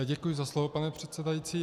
Děkuji za slovo, pane předsedající.